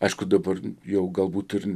aišku dabar jau galbūt ir